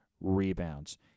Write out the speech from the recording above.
rebounds